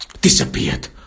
disappeared